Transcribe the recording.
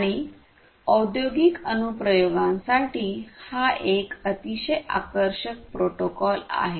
आणि औद्योगिक अनुप्रयोगांसाठी हा एक अतिशय आकर्षक प्रोटोकॉल आहे